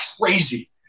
crazy